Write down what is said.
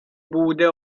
بوده